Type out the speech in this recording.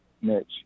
Mitch